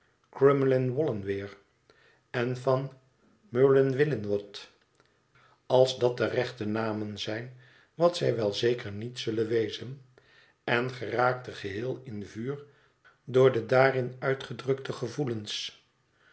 verzen uit crumlinwallinwer en de mewlinwillinwodd als dat de rechte namen zijn wat zij wel zeker niet zullen wezen en geraakte geheel in vuur door de daarin uitgedrukte gevoelens